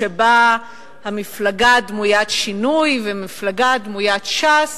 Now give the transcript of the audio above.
שבה המפלגה דמוית שינוי והמפלגה דמוית ש"ס